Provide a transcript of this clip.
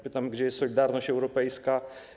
Pytam: Gdzie jest solidarność europejska?